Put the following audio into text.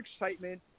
excitement